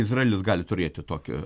izraelis gali turėti tokią